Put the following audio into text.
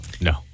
No